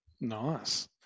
Nice